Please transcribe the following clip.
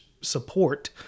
support